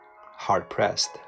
hard-pressed